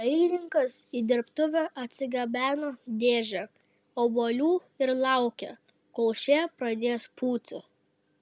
dailininkas į dirbtuvę atsigabeno dėžę obuolių ir laukė kol šie pradės pūti